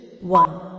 one